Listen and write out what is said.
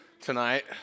tonight